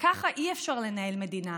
וככה אי-אפשר לנהל מדינה.